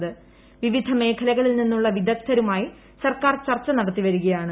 പ്രിവിധ മേഖലകളിൽ നിന്നുള്ള വിദഗ്ദ്ധരുമായി സർക്കാർ ചർച്ച നടത്തി വരികയാണ്